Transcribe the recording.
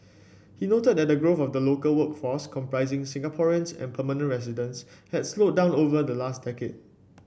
he noted that growth of the local workforce comprising Singaporeans and permanent residents had slowed down over the last decade